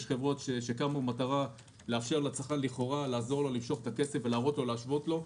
יש חברות שקמו במטרה לכאורה לעזור לצרכן למשוך את הכסף ולהשוות לו.